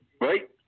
right